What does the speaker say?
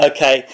Okay